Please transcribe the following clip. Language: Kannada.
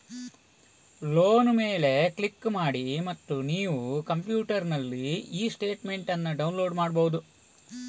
ಲೋನ್ ಮೇಲೆ ಕ್ಲಿಕ್ ಮಾಡಿ ಮತ್ತು ನೀವು ನಿಮ್ಮ ಕಂಪ್ಯೂಟರಿನಲ್ಲಿ ಇ ಸ್ಟೇಟ್ಮೆಂಟ್ ಅನ್ನು ಡೌನ್ಲೋಡ್ ಮಾಡ್ಬಹುದು